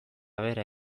behera